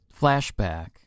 flashback